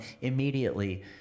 immediately